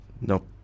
Nope